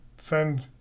send